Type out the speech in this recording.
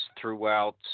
throughout